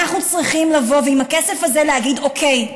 אנחנו צריכים לבוא ועם הכסף הזה להגיד: אוקיי,